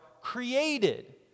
created